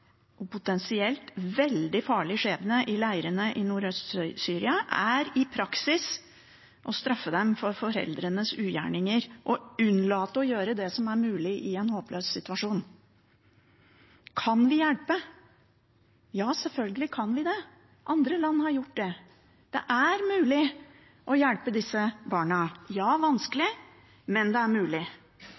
uviss, potensielt veldig farlig skjebne i leirene i Nordøst-Syria er i praksis å straffe dem for foreldrenes ugjerninger, ved å unnlate å gjøre det som er mulig i en håpløs situasjon. Kan vi hjelpe? Ja, selvfølgelig kan vi det. Andre land har gjort det. Det er mulig å hjelpe disse barna. Ja, det er vanskelig, men det er mulig.